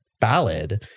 ballad